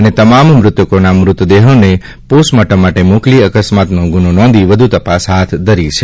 અને તમામ મૃતકોના મૃતદેહોને પોસ્ટમોર્ટમ માટે મોકલી અકસ્માતનો ગુનો નોંધી વધુ તપાસ હાથ ધરી છે